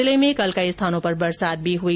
जिले में कल कई स्थानों पर बरसात भी हुई